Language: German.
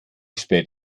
spät